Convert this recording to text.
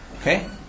Okay